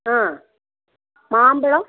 ஆ மாம்பழம்